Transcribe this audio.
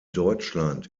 deutschland